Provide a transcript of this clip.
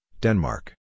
Denmark